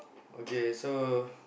okay so